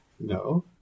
No